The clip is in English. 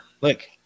Look